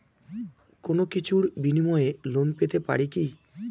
কোনো কিছুর বিনিময়ে লোন পেতে পারি কি?